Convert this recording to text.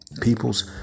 People's